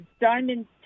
Diamond